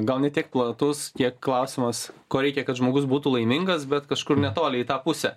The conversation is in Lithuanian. gal ne tiek platus kiek klausimas ko reikia kad žmogus būtų laimingas bet kažkur netoli į tą pusę